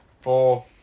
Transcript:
Four